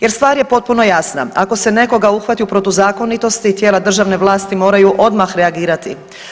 Jer stvar je potpuno jasna, ako se nekoga uhvati u protuzakonitosti tijela državne vlasti moraju odmah reagirati.